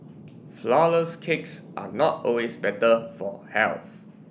flourless cakes are not always better for health